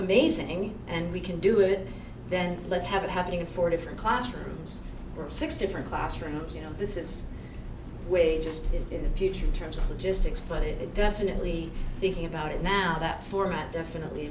amazing and we can do it then let's have it happening in four different classrooms or six different classrooms you know this is way just in the future in terms of logistics but it definitely thinking about it now that format definitely